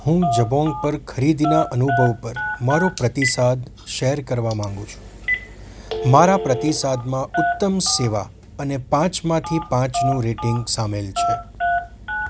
હું જબોંગ પર ખરીદીના અનુભવ પર મારો પ્રતિસાદ શેર કરવા માંગુ છું મારા પ્રતિસાદમાં ઉત્તમ સેવા અને પાંચમાંથી પાંચનું રેટિંગ સામેલ છે